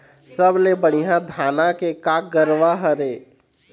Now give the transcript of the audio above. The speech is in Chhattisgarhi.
सबले बढ़िया धाना के का गरवा हर ये?